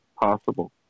possible